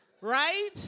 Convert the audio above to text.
Right